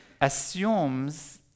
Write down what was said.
assumes